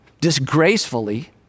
disgracefully